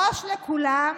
ראש לכולם,